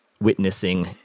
witnessing